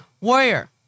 Warrior